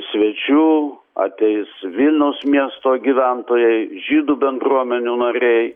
svečių ateis vilniaus miesto gyventojai žydų bendruomenių nariai